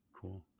Cool